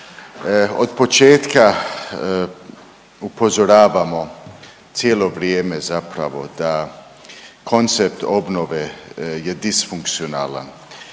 Od početka upozoravamo cijelo vrijeme zapravo da koncept obnove je disfunkcionalan.